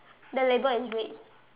the label is red